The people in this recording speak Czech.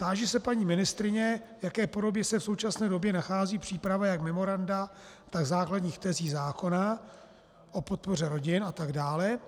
Táži se paní ministryně, v jaké podobě se v současné době nachází příprava jak memoranda, tak základních tezí zákona o podpoře rodin atd.